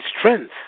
strength